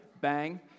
Bang